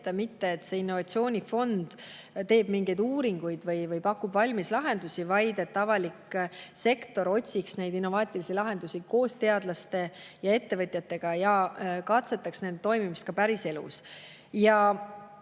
see: mitte, et see innovatsioonifond teeb mingeid uuringuid või pakub valmis lahendusi, vaid et avalik sektor otsiks neid innovaatilisi lahendusi koos teadlaste ja ettevõtjatega ja katsetaks nende toimimist ka päriselus.